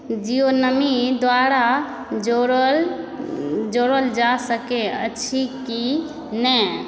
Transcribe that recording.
Jio money द्वारा जोड़ल जोड़ल जा सकै अछि कि नहि